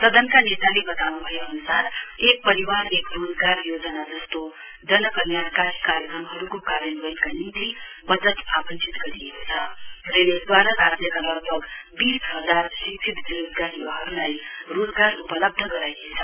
सदनका नेताले बताउनुभए अनुसार एक परिवार एक रोजगार योजना जस्तो जन कल्याणकारी कार्यक्रमहरुको कार्यान्वयनका निम्ति वजट आवंटित गरिएको छ र यसदूवारा राज्यका लगभग वीस हजार शिक्षित बेरोजगार य्वाहरुलाई रोजगार उपलब्ध गराइनेछ